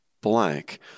blank